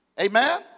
Amen